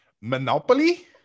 Monopoly